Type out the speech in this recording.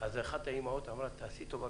אז אחת האמהות אמרה: עשי טובה,